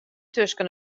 tusken